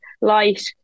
light